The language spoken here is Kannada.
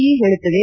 ಇ ಹೇಳುತ್ತದೆ